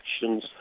actions